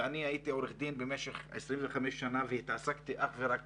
אני הייתי עורך דין במשך 25 שנה והתעסקתי אך ורק